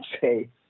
say